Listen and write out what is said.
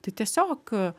tai tiesiog